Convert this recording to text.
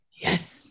yes